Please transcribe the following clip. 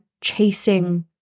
chasing